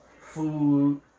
food